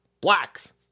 Blacks